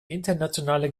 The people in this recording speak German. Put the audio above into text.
internationale